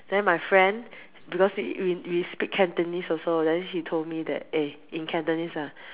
then my friend because we we speak Cantonese also then she told me that eh in Cantonese ah